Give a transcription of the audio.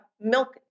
milk